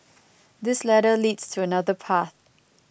this ladder leads to another path